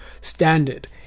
standard